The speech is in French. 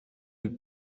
eut